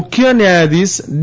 મુખ્ય ન્યાયાધીશ ડી